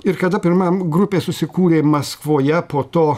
ir kada pirmam grupės susikūrė maskvoj po to